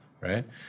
right